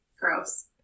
Gross